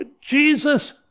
Jesus